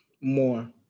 more